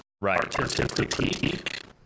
Right